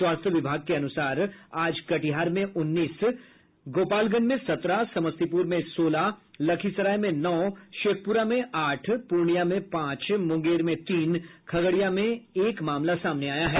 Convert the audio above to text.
स्वास्थ्य विभाग के अनुसार आज कटिहार में उन्नीस गोपालगंज में सत्रह समस्तीपुर में सोलह लखीसराय में नौ शेखपुरा में आठ पूर्णिया में पांच मुंगेर में तीन खगड़िया में एक मामला सामने आया है